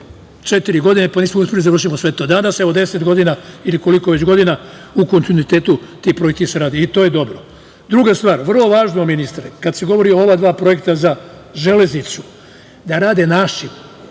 četiri godine, pa nismo uspeli da završimo sve to. Danas, evo, 10 godina u kontinuitetu ti projekti se rade. To je dobro. Druga stvar, vrlo važno, ministre, kad se govori o ova dva projekta za železnicu, da rade naši